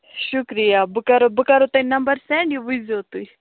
شُکریہ بہٕ کَرٕہو بہٕ کَرہو تۅہہِ نَمبر سینٛڈ یہِ وُچھ زیٚو تُہۍ